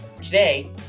Today